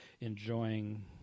enjoying